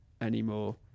anymore